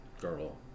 girl